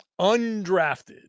undrafted